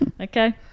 Okay